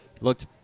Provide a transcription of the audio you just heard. looked